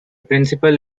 principal